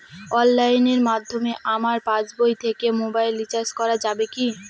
অনলাইনের মাধ্যমে আমার পাসবই থেকে মোবাইল রিচার্জ করা যাবে কি?